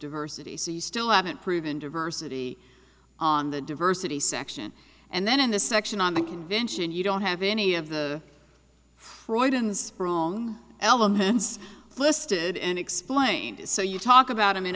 diversity so you still haven't proven diversity on the diversity section and then in the section on the convention you don't have any of the croydon sprong elements listed and explained so you talk about them in